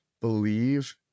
believe